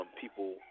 people